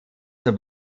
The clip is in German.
zur